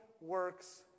works